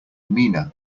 mina